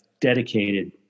dedicated